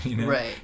Right